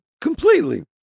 completely